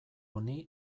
honi